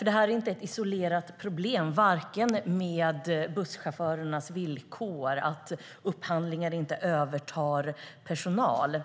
Det här är inte ett isolerat problem, varken med busschaufförernas villkor eller att personalövertagande inte sker vid upphandlingar.